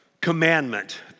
commandment